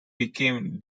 became